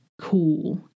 cool